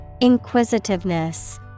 Inquisitiveness